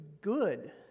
good